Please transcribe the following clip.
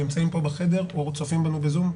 נמצאים פה בחדר או צופים בנו בזום?